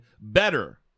better